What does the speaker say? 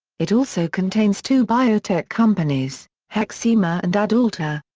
it also contains two biotech companies hexima and adalta.